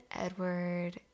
Edward